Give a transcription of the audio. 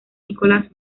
nicolás